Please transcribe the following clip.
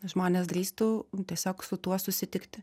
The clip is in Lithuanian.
žmonės drįstų tiesiog su tuo susitikti